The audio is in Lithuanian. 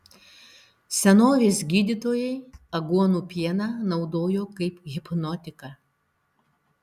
senovės gydytojai aguonų pieną naudojo kaip hipnotiką